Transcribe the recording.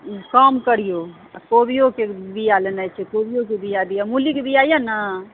कम करिऔ आ कोबिओके बिआ लेनाइ छै कोबीओके बिआ दिअ मुलीके बिआ यऽ ने